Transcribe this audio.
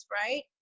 right